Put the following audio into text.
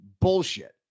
bullshit